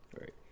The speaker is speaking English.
right